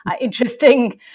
interesting